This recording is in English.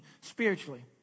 spiritually